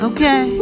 Okay